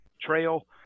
trail